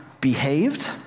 behaved